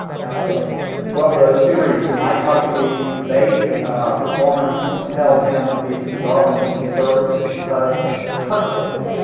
how so? towery well, for those two reasons. mike huckabee's debate performance propelled him to be the darling of the conservatives, and because because of that